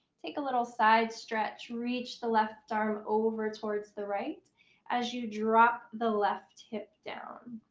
take a little side stretch. reach the left arm over towards the right as you drop the left hip down.